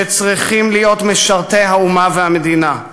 שצריכים להיות משרתי האומה והמדינה".